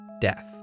death